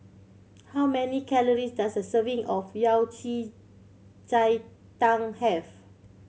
how many calories does a serving of Yao Cai ji tang have